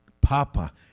Papa